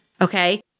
Okay